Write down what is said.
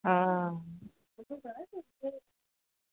हां